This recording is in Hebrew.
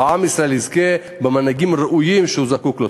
או עם ישראל יזכה במנהיגים הראויים שהוא זקוק להם.